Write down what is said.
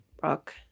brooke